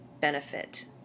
benefit